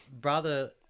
brother